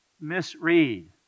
misread